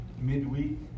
Midweek